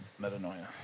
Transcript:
metanoia